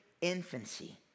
infancy